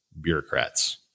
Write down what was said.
bureaucrats